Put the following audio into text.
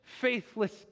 faithless